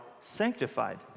sanctified